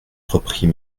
reprit